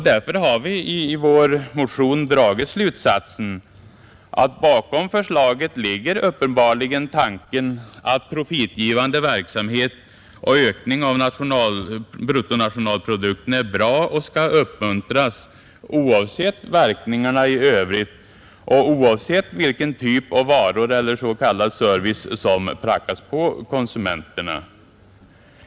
Därför har vi i vår motion dragit slutsatsen att bakom förslaget uppenbarligen ligger tanken, att profitgivande verksam het och ökning av bruttonationalprodukten är bra och skall uppmuntras oavsett verkningarna i övrigt och oavsett vilken typ av varor och s.k. service som prackas på konsumenterna.